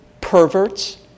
perverts